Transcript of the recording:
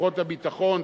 כוחות הביטחון,